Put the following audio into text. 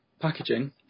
packaging